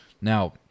now